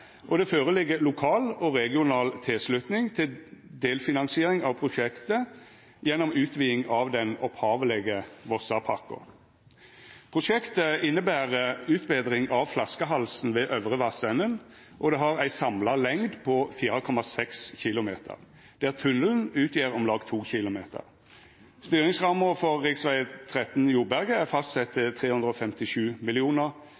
og det føreligg lokal og regional tilslutning til delfinansiering av prosjektet gjennom utviding av den opphavlege Vossapakko. Prosjektet inneber utbetring av flaskehalsen ved Øvre Vassenden. Det har ei samla lengd på 4,6 km, der tunnelen utgjer om lag 2 km. Styringsramma for rv. l3 Joberget er fastsett